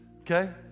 okay